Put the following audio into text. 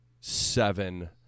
seven